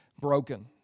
broken